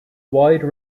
wide